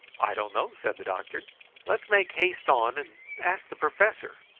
i don't know, said the doctor let's make haste on and ask the professor.